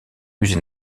musée